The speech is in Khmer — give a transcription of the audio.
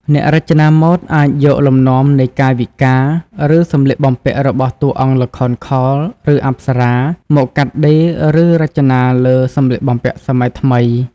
អ្នករចនាម៉ូដអាចយកលំនាំនៃកាយវិការ ឬសំលៀកបំពាក់របស់តួអង្គល្ខោនខោល ឬអប្សរា មកកាត់ដេរឬរចនាលើសម្លៀកបំពាក់សម័យថ្មី។